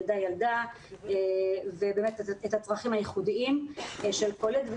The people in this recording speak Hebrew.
ילדה-ילדה ובאמת את הצרכים הייחודיים של כל ילד.